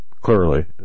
clearly